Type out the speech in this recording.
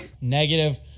Negative